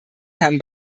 herrn